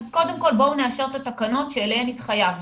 אז קודם בואו נאשר את התקנות שאליהן התחייבנו.